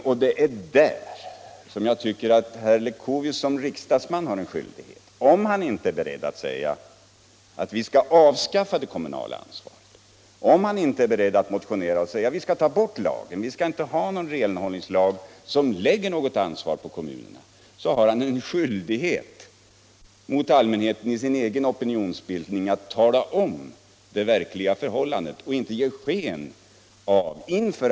Och det är där som jag tycker att herr Leuchovius som riksdagsman har en skyldighet gentemot allmänheten att tala om det verkliga förhållandet och inte ge sken av att vi genom att ändra på renhållningslagen ändrar på de förhållanden som man diskuterar ute i bygderna. Det är ändring av tilllämpningen som det är fråga om, och den ligger på kommunen.